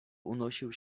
unosił